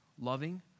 loving